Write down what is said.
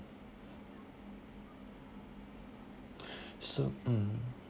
so mm